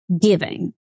giving